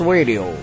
Radio